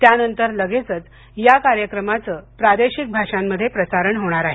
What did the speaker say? त्यानंतर लगेचच या कार्यक्रमाचं प्रादेशिक भाषामध्ये प्रसारण होणार आहे